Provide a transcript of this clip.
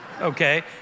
okay